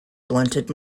blunted